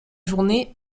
journée